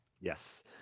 Yes